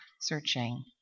searching